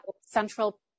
central